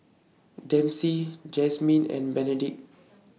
Dempsey Jazmin and Benedict